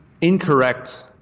incorrect